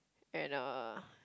and uh